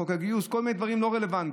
חוק הגיוס וכל מיני דברים לא רלוונטיים.